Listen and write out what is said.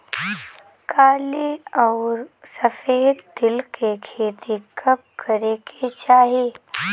काली अउर सफेद तिल के खेती कब करे के चाही?